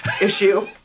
issue